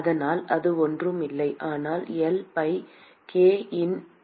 அதனால் அது ஒன்றும் இல்லை ஆனால் L by K in A